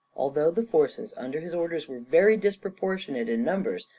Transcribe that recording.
although the forces under his orders were very disproportionate in numbers,